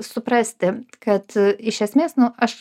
suprasti kad iš esmės nu aš